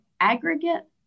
aggregate